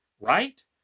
right